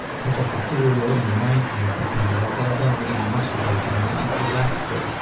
such as the civil war in the nineteenth between jalal talabani and massoud barzani in iraqi